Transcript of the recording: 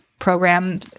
program